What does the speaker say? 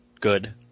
good